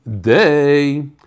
day